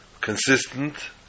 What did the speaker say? consistent